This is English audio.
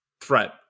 threat